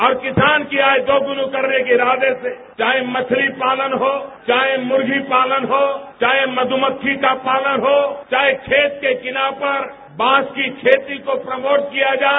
हर किसान की आय दोगुनी करने के इरादे से चाहे मछली पालनहो चाहे मुर्गी पालन हो चाहे मधुमक्खी का पालन हो चाहे खेत के किनारे पर बांस की खेती को प्रमोट किया जाए